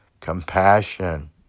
Compassion